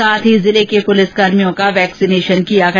साथ ही जिले के पुलिस कर्भियों का वैक्सीनेशन किया गया